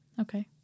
Okay